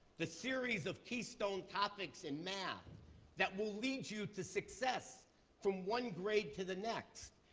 the series of keystone topics in math that will lead you to success from one grade to the next.